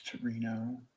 torino